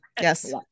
Yes